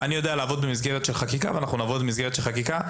אני יודע לעבוד במסגרת של חקיקה ואנחנו נעבוד במסגרת של חקיקה.